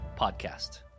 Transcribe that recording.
podcast